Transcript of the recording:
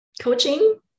coaching